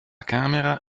camera